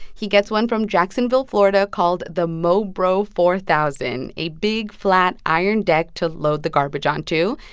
he gets one from jacksonville, fla, and called the mobro four thousand, a big, flat, iron deck to load the garbage onto.